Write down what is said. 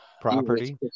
Property